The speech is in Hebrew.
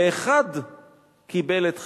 ואחד קיבל את חייו,